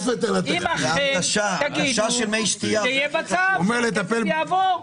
תגידו שזה יהיה בצו וזה יעבור.